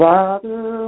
Father